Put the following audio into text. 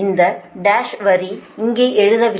இந்த டேஸ் வரி இங்கே எழுதவில்லை